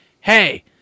hey